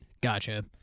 Gotcha